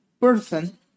person